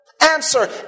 Answer